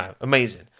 Amazing